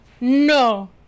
No